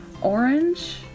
orange